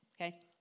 okay